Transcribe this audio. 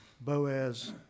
Boaz